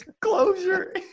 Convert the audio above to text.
Closure